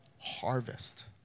harvest